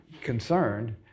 concerned